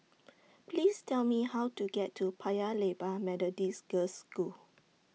Please Tell Me How to get to Paya Lebar Methodist Girls' School